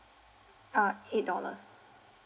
uh eight dollars